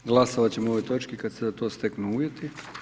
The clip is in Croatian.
Glasovat ćemo o ovoj točki kad se za to steknu uvjeti.